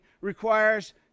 requires